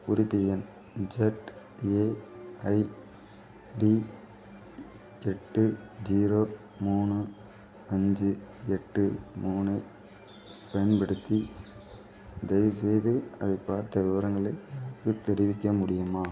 குறிப்பு எண் இஜட்ஏஐடி எட்டு ஜீரோ மூணு அஞ்சு எட்டு மூணு பயன்படுத்தி தயவுசெய்து அதைப் பார்த்த விவரங்களை எனக்குத் தெரிவிக்க முடியுமா